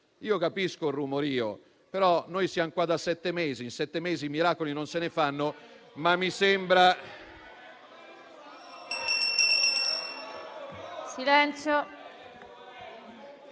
Io capisco il rumorio, ma noi siamo qui da sette mesi e in sette mesi di miracoli non se ne fanno. *(Commenti).*